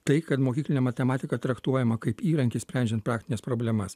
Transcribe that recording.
tai kad mokyklinė matematika traktuojama kaip įrankis sprendžiant praktines problemas